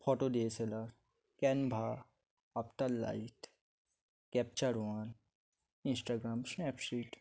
photo D S L R Canva Afterlight Capture One Instagram Snapseed